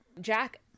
Jack